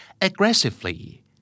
aggressively